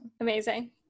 Amazing